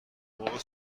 مرغ